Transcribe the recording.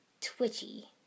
twitchy